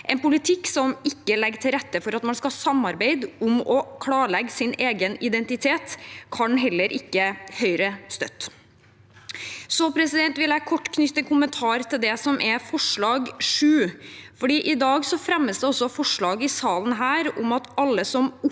En politikk som ikke legger til rette for at man skal samarbeide om å klarlegge egen identitet, kan heller ikke Høyre støtte. Så vil jeg kort knytte en kommentar til forslag nr. 7, for i dag fremmes det også forslag i salen om at alle som oppholder